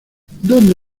dónde